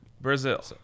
Brazil